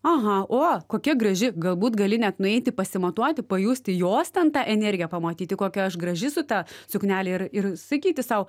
aha o kokia graži galbūt gali net nueiti pasimatuoti pajusti jos ten tą energiją pamatyti kokia aš graži su ta suknele ir ir sakyti sau